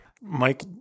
Mike